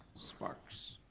sparks.